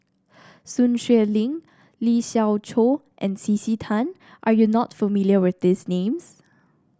Sun Xueling Lee Siew Choh and C C Tan are you not familiar with these names